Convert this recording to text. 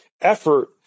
Effort